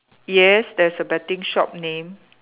yes there's a betting shop name